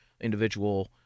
individual